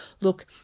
look